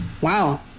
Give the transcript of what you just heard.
wow